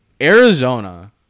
Arizona